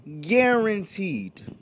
Guaranteed